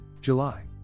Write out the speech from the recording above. July